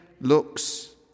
looks